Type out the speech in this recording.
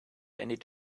ended